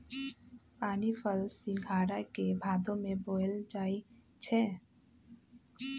पानीफल सिंघारा के भादो में बोयल जाई छै